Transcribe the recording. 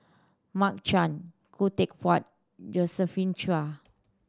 Mark Chan Khoo Teck Puat Josephine Chia